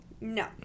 no